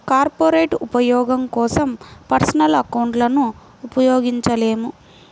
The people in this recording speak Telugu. కార్పొరేట్ ఉపయోగం కోసం పర్సనల్ అకౌంట్లను ఉపయోగించలేము